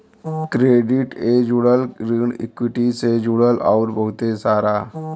credit ए जुड़ल, ऋण इक्वीटी से जुड़ल अउर बहुते सारा